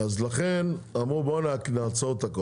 לכן, אמרו: בואו נעצור את הכול.